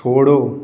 छोड़ो